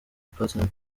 platinum